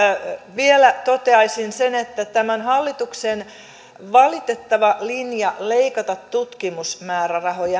vielä toteaisin sen että tämän hallituksen valitettava linja leikata tutkimusmäärärahoja